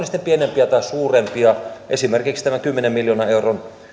sitten pienempiä tai suurempia esimerkiksi tämä kymmenen miljoonan euron panostus